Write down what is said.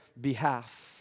behalf